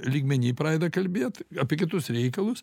lygmeny pradeda kalbėt apie kitus reikalus